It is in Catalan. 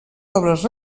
obres